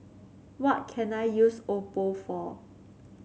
what can I use Oppo for